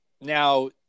Now